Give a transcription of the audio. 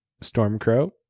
Stormcrow